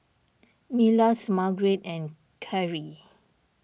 Milas Margarett and Khiry